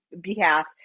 behalf